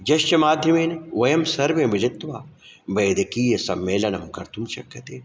यस्य माध्यमेन वयं सर्वे मिलित्वा वैद्यकीयसम्मेलनं कर्तुं शक्यते